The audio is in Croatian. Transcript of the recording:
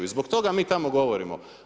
I zbog toga mi tamo govorimo.